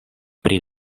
pri